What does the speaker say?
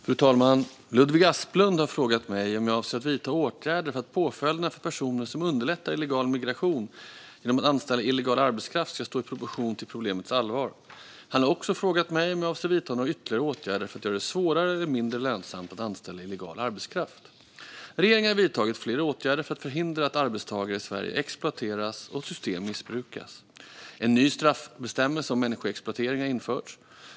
Fru talman! Ludvig Aspling har frågat mig om jag avser att vidta åtgärder för att påföljderna för personer som underlättar illegal migration genom att anställa illegal arbetskraft ska stå i proportion till problemets allvar. Han har också frågat mig om jag avser att vidta några ytterligare åtgärder för att göra det svårare eller mindre lönsamt att anställa illegal arbetskraft. Regeringen har vidtagit flera åtgärder för att förhindra att arbetstagare i Sverige exploateras och system missbrukas. En ny straffbestämmelse om människoexploatering har införts.